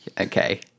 Okay